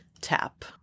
tap